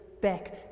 back